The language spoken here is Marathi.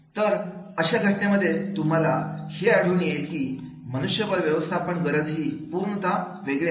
तर अशा घटनेमध्ये तुम्हाला हे आढळून येईल की मनुष्यबळ व्यवस्थापन गरज ही पूर्णतः वेगळे आहे